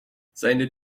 seine